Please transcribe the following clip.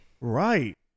Right